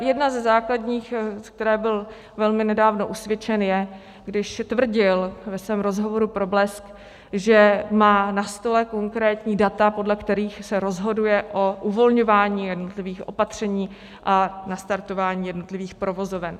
Jedna ze základních, ze které byl zcela nedávno usvědčen, je, když tvrdil ve svém rozhovoru pro Blesk, že má na stole konkrétní data, podle kterých se rozhoduje o uvolňování jednotlivých opatření a nastartování jednotlivých provozoven.